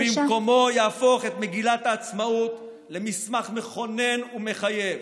ובמקומו יהפוך את מגילת העצמאות למסמך מכונן ומחייב,